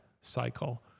cycle